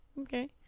okay